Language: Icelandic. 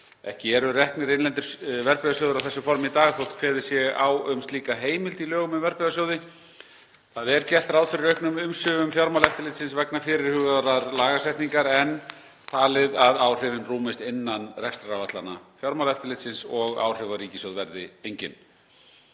Ekki eru reknir innlendir verðbréfasjóðir á þessu formi í dag þótt kveðið sé á um slíka heimild í lögum um verðbréfasjóði. Gert er ráð fyrir auknum umsvifum Fjármálaeftirlitsins vegna fyrirhugaðrar lagasetningar en talið að áhrifin rúmist innan rekstraráætlana Fjármálaeftirlitsins og áhrif á ríkissjóð verði engin.